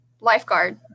lifeguard